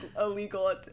illegal